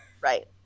right